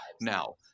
now